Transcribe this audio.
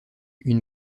une